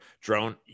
drone